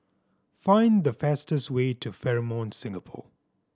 find the fastest way to Fairmont Singapore